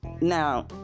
Now